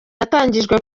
yatangijwe